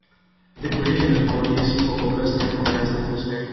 tik nueikim ir pamatysi o kol kas nieko manęs neklausinėk